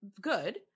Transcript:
good